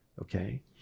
okay